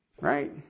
right